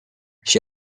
she